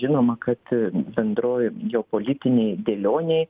žinoma kad bendroj jo politinėj dėlionėj